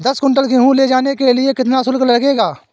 दस कुंटल गेहूँ ले जाने के लिए कितना शुल्क लगेगा?